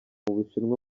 bushinwa